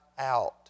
out